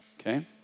okay